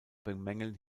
bemängeln